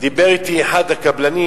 דיבר אתי אחד הקבלנים